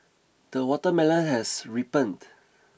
the watermelon has ripened